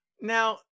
now